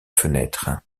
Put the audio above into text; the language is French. fenêtres